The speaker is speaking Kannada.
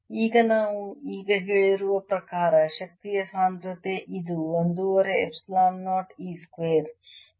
ಈಗ ನಾವು ಈಗ ಹೇಳಿರುವ ಪ್ರಕಾರ ಶಕ್ತಿಯ ಸಾಂದ್ರತೆ ಇದು ಒಂದೂವರೆ ಎಪ್ಸಿಲಾನ್ 0 E ಸ್ಕ್ವೇರ್